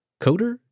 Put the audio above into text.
Coder